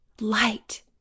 light